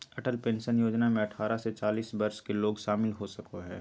Atal pension योजना में अठारह से चालीस वर्ष के लोग शामिल हो सको हइ